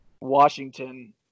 Washington